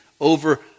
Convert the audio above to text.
over